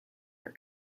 her